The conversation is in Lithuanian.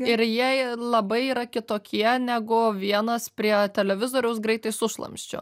ir jie labai yra kitokie negu vienas prie televizoriaus greitai sušlamščiu